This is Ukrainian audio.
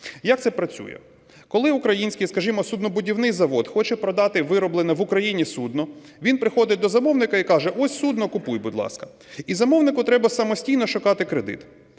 Як це працює? Коли український, скажімо, суднобудівний завод хоче продати вироблене в Україні судно, він приходить до замовника і каже: "Ось судно. Купуй, будь ласка". І замовнику треба самостійно шукати кредит.